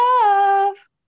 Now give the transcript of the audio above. love